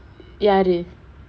யாரு:yaaru